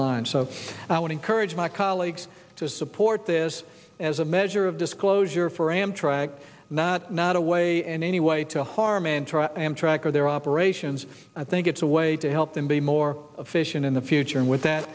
line so i would encourage my colleagues to support this as a measure of disclosure for amtrak not not a way in any way to harm and try amtrak or their operations i think it's a way to help them be more efficient in the future and with